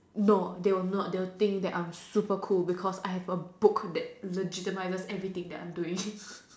no they will not they think I'm super cool because I have a book that legitimizes every thing that I'm doing